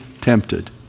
tempted